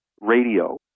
radio